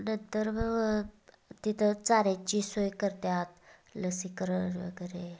नंतर मग तिथं चाऱ्याची सोय करतात लसीकरण वगैरे